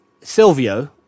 Silvio